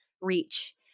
reach